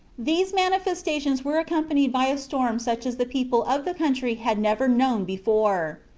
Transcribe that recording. these manifestations were accompanied by a storm such as the people of the country had never known before.